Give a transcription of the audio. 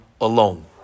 alone